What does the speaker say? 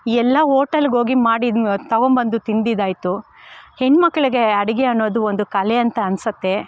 ಎಲ್ಲ ಓಟೆಲ್ಗೋಗಿ ಮಾಡಿ ತೊಗೊಂಬಂದು ತಿಂದಿದ್ದಾಯ್ತು ಹೆಣ್ಮಕ್ಳಿಗೆ ಅಡುಗೆ ಅನ್ನೋದು ಒಂದು ಕಲೆ ಅಂತ ಅನ್ಸುತ್ತೆ